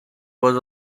was